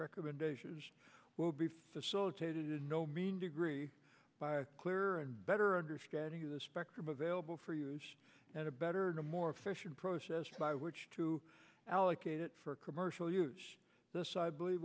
recommendations will be facilitated no mean degree by a clear and better understanding of the spectrum available for us and a better and a more efficient process by which to allocate it for commercial use this i believe